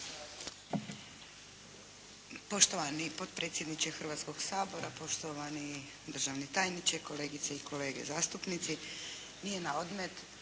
Poštovani potpredsjedniče Hrvatskog sabora, poštovani državni tajniče, kolegice i kolege zastupnici! Nije na odmet